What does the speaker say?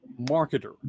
marketer